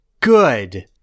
Good